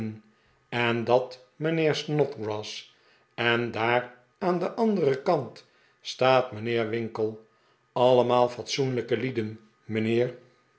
en dat mijnheer snodgrass en daar aan den anderen kant staat mijnheer winkle allemaal fatsoenlijke lieden mijnheer